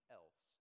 else